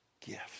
gift